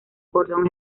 cordón